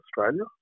Australia